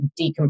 decompress